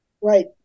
Right